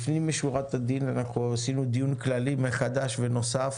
לפנים משורת הדין אנחנו עשינו דיון כללי מחדש נוסף